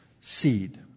seed